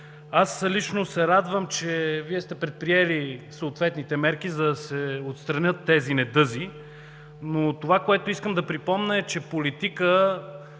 Аз лично се радвам, че Вие сте предприели съответните мерки, за да се отстранят недъзите. Искам да припомня, че политиката